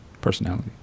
personality